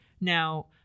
Now